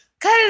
cause